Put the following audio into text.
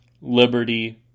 Liberty